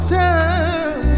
time